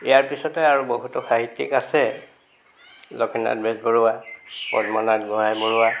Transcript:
ইয়াৰ পিছতে আৰু বহুতো সাহিত্য়িক আছে লক্ষ্মীনাথ বেজবৰুৱা পদ্মনাথ গোহাঞি বৰুৱা